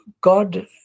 God